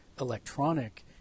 electronic